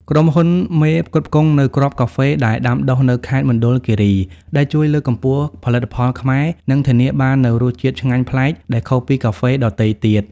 ក្រុមហ៊ុនមេផ្គត់ផ្គង់នូវគ្រាប់កាហ្វេដែលដាំដុះនៅខេត្តមណ្ឌលគិរី ដែលជួយលើកកម្ពស់ផលិតផលខ្មែរ និងធានាបាននូវរសជាតិឆ្ងាញ់ប្លែកដែលខុសពីកាហ្វេដទៃទៀត។